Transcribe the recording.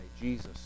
Jesus